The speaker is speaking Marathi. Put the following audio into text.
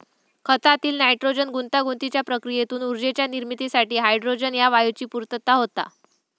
खतातील नायट्रोजन गुंतागुंतीच्या प्रक्रियेतून ऊर्जेच्या निर्मितीसाठी हायड्रोजन ह्या वायूची पूर्तता होता